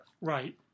Right